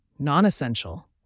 Non-essential